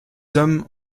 hommes